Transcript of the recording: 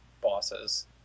bosses